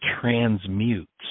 transmutes